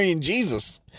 Jesus